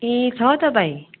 ए छ त भाइ